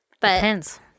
Depends